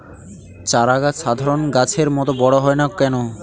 চারা গাছ সাধারণ গাছের মত বড় হয় না কেনো?